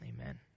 Amen